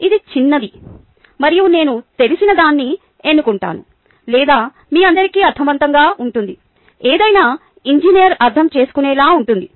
ఇది చిన్నది మరియు నేను తెలిసినదాన్ని ఎన్నుకుంటాను లేదా మీ అందరికీ అర్ధవంతంగా ఉంటుంది ఏదైనా ఇంజనీర్ అర్దం చేసుకునేలా ఉంటుంది